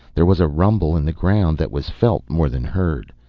there was a rumble in the ground that was felt more than heard.